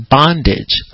bondage